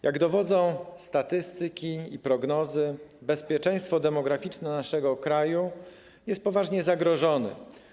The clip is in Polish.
Jak dowodzą statystyki i prognozy, bezpieczeństwo demograficzne naszego kraju jest poważnie zagrożone.